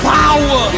power